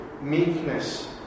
meekness